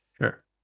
Sure